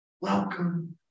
welcome